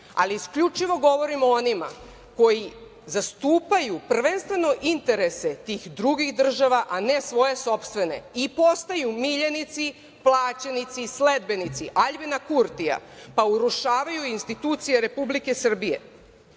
ali isključivo govorim o onima koji zastupaju prvenstveno interese tih drugih država, a ne svoje sopstvene i postaju miljenici, plaćenici i sledbenici Aljbina Kurtija, pa urušavaju institucije Republike